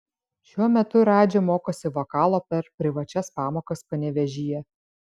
šiuo metu radži mokosi vokalo per privačias pamokas panevėžyje